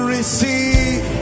Receive